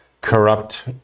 corrupt